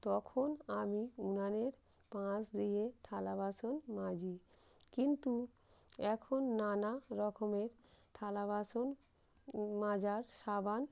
তখন আমি উনানের পাশ দিয়ে থালা বাসন মাজি কিন্তু এখন নানা রকমের থালা বাসন মাজার সাবান